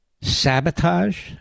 Sabotage